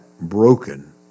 broken